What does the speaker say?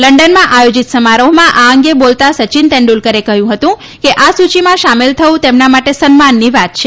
લંડનમાં આયોજીત સમારોહમાં આ અંગે બોલતા સચિન તેંડુલકરે કહ્યું હતું કે આ સૂચિમાં સામેલ થવું તેમના માટે સન્માનની વાત છે